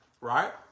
right